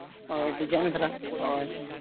ᱦᱳᱭ ᱰᱤᱡᱟᱭᱤᱱ ᱫᱷᱟᱨᱟ ᱦᱳᱭ